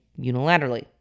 unilaterally